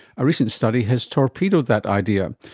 a recent study has torpedoed that idea.